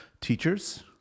teachers